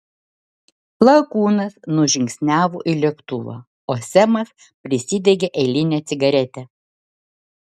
lakūnas nužingsniavo į lėktuvą o semas prisidegė eilinę cigaretę